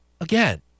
Again